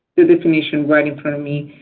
the definition right in front of me.